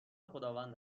خداوند